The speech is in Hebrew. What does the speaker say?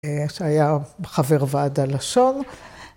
‫שהיה חבר ועד הלשון.